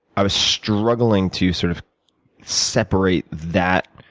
i was struggling to sort of separate that